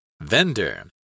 Vendor